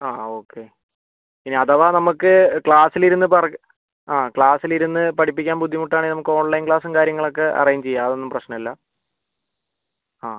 ആ ഓക്കെ ഇനി അഥവാ നമുക്ക് ക്ലാസ്സിൽ ഇരുന്ന് ആ ക്ലാസ്സിൽ ഇരുന്ന് പഠിപ്പിക്കാൻ ബുദ്ധിമുട്ട് ആണെങ്കിൽ നമുക്ക് ഓൺലൈൻ ക്ലാസ്സും കാര്യങ്ങൾ ഒക്കെ അറേഞ്ച് ചെയ്യാം അതൊന്നും പ്രശ്നം അല്ല ആ